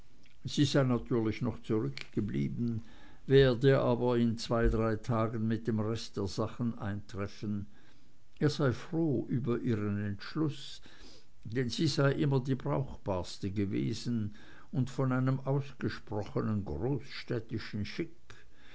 sie sei natürlich noch zurückgeblieben werde aber in zwei drei tagen mit dem rest der sachen eintreffen er sei froh über ihren entschluß denn sie sei immer die brauchbarste gewesen und von einem ausgesprochenen großstädtischen schick